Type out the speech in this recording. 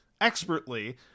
expertly